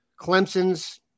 Clemson's